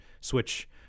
switch